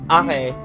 okay